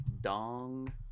Dong